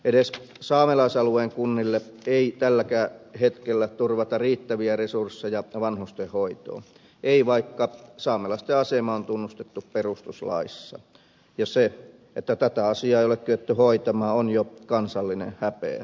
edes saamelaisalueen kunnille ei tälläkään hetkellä turvata riittäviä resursseja vanhustenhoitoon ei vaikka saamelaisten asema on tunnustettu perustuslaissa ja se että tätä asiaa ei ole kyetty hoitamaan on jo kansallinen häpeä